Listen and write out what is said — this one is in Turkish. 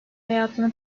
hayatını